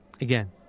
Again